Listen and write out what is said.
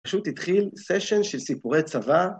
פשוט התחיל סיישן של סיפורי צבא.